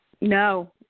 No